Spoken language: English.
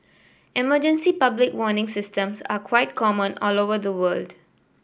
emergency public warning systems are quite common all over the world